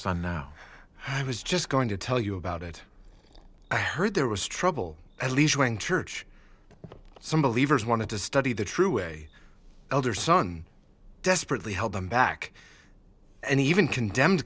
son now i was just going to tell you about it i heard there was trouble at least when church some believers wanted to study the true way elder son desperately held them back and even condemned